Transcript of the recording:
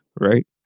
right